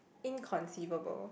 inconceivable